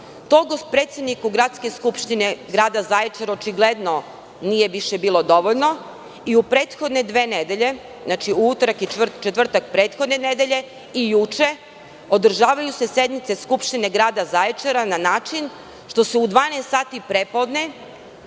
To predsedniku Gradske skupštine Grada Zaječara očigledno nije više bilo dovoljno i u prethodne dve nedelje, znači u utorak i četvrtak prethodne nedelje i juče, održavaju se sednice Skupštine Grada Zaječara na način što se u 12,00 sati pre podne,